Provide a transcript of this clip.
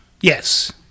Yes